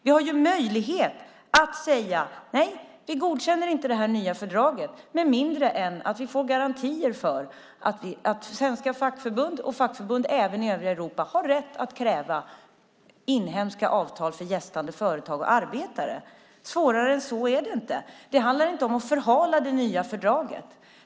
Vi har möjlighet att säga: Nej, vi godkänner inte det nya fördraget med mindre än att vi får garantier för att svenska fackförbund och fackförbund i övriga Europa har rätt att kräva inhemska avtal för gästande företag och arbetare. Svårare än så är det inte. Det handlar inte om att förhala det nya fördraget.